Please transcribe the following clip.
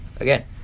Again